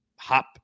hop